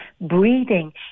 breathing